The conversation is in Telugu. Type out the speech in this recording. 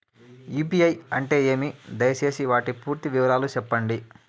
యు.పి.ఐ అంటే ఏమి? దయసేసి వాటి పూర్తి వివరాలు సెప్పండి?